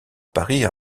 paris